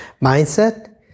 mindset